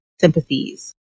sympathies